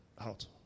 out